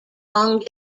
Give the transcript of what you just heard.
long